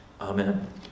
Amen